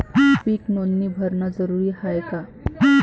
पीक नोंदनी भरनं जरूरी हाये का?